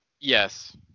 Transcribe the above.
Yes